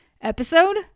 episode